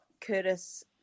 Curtis